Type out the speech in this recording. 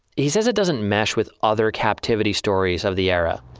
he says it doesn't mesh with other captivity stories of the era.